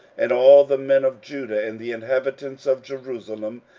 and all the men of judah, and the inhabitants of jerusalem,